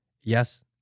Yes